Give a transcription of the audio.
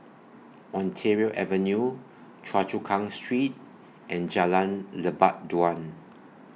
Ontario Avenue Choa Chu Kang Street and Jalan Lebat Daun